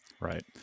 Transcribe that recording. Right